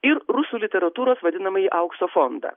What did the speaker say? ir rusų literatūros vadinamąjį aukso fondą